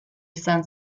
izan